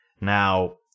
Now